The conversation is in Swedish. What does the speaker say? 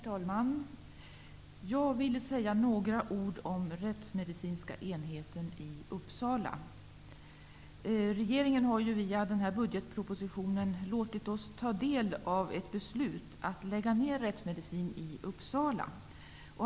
Herr talman! Jag vill säga några ord om rättsmedicinska enheten i Uppsala. Regeringen har ju via budgetpropositionen låtit oss ta del av ett beslut att lägga ner rättsmedicinska enheten i Uppsala.